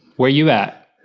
where you at?